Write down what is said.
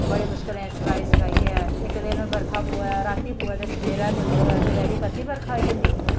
बड़ी मुश्कलें स्काई स्काइयै इक दिन बरखा पौऐ राती पौऐ ते सवेरै निम्बल होऐ ते दपैह्री परती बरखा आई जंदी